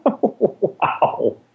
Wow